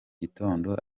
gitondo